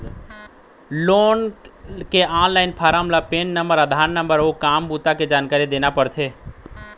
loan के online form म PAN number, Aadhaar number अउ काम बूता के जानकारी देना परथे